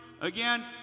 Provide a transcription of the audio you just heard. again